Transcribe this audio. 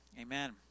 amen